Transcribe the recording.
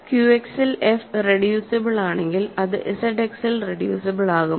ക്യുഎക്സിൽ F reducible ആണെങ്കിൽ അത് Z എക്സിൽ റെഡ്യൂസിബിൾ ആകും